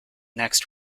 next